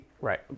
Right